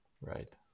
Right